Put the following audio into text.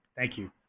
thank you.